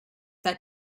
their